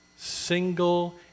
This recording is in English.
single